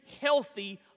healthy